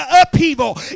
upheaval